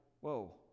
whoa